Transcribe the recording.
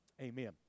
Amen